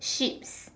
sheep